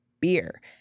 beer